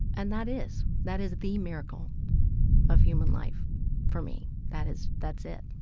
and that is. that is the miracle of human life for me. that is that's it